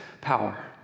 power